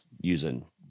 using